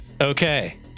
Okay